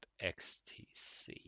XTC